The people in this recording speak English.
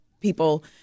people